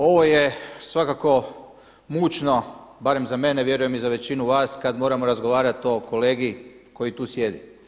Ovo je svakako mučno, barem za mene, vjerujem i za većinu vas kada moramo razgovarati o kolegi koji tu sjedi.